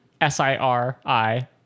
S-I-R-I